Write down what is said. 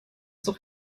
doch